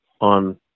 on